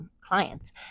Clients